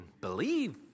believe